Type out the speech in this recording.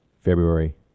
February